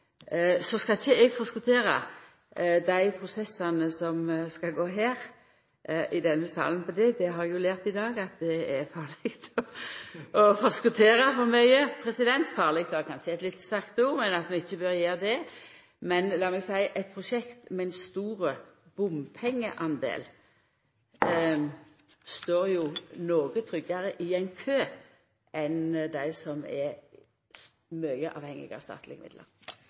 denne salen på det, det har eg jo lært i dag, at det er farleg å forskottera for mykje – farleg er kanskje eit litt sterkt ord, men at vi ikkje bør gjera det. Men lat meg seia: Eit prosjekt med ein stor bompengedel står noko tryggare i ein kø enn dei prosjekta som er svært avhengige av statlege